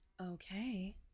Okay